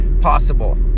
possible